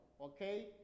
okay